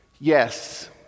Yes